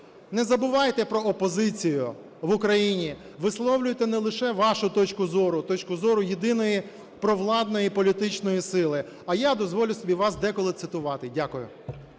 Не забувайте про опозицію в Україні. Висловлюйте не лише вашу точку зору, точку зору єдиної провладної політичної сили. А я дозволю собі вас деколи цитувати. Дякую.